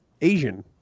Asian